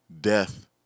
death